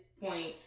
point